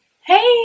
hey